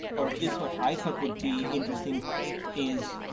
or at least what i thought would be interesting is